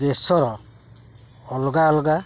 ଦେଶର ଅଲଗା ଅଲଗା